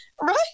Right